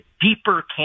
deeper